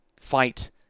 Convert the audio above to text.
fight